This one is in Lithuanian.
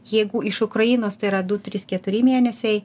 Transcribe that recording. jeigu iš ukrainos tai yra du trys keturi mėnesiai